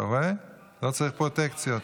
אדוני היושב-ראש,